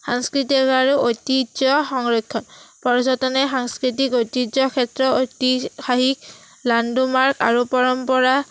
সাংস্কৃতিক আৰু ঐতিহ্য সংৰক্ষণ পৰ্যটনে সাংস্কৃতিক ঐতিহ্য ক্ষেত্ৰ ঐতিহাসিক লাণ্ডুমাৰ্ক আৰু পৰম্পৰা